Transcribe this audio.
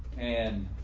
and